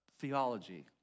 theology